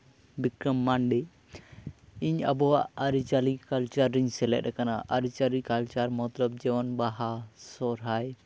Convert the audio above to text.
ᱵᱤᱠᱨᱚᱢ ᱢᱟᱱᱰᱤ ᱤᱧ ᱟᱵᱚᱣᱟᱜ ᱟᱹᱨᱤᱪᱟᱹᱞᱤ ᱠᱟᱞᱪᱟᱨ ᱨᱤᱧ ᱥᱮᱞᱮᱫ ᱠᱟᱱᱟ ᱟᱨ ᱟᱹᱨᱤᱪᱟᱞᱤ ᱠᱟᱞᱪᱟᱨ ᱢᱚᱛᱞᱚᱵ ᱡᱮᱢᱚᱱ ᱵᱟᱦᱟ ᱥᱚᱦᱨᱟᱭ